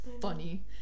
funny